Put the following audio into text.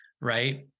right